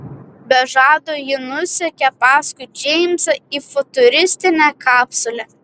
be žado ji nusekė paskui džeimsą į futuristinę kapsulę